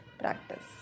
practice